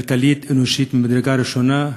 כלכלית ואנושית ממדרגה ראשונה,